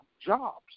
jobs